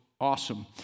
awesome